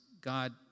God